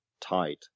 tight